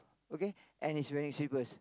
okay and he's wearing slippers